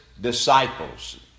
disciples